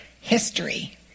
History